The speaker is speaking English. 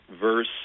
verse